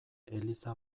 eliza